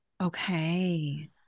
Okay